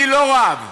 אני לא רב.